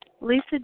Lisa